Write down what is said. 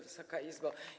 Wysoka Izbo!